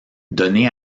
donner